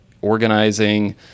organizing